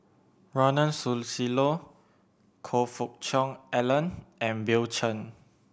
Ronald Susilo Choe Fook Cheong Alan and Bill Chen